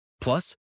Plus